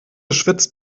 schwitzt